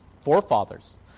forefathers